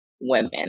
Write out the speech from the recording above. women